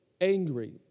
angry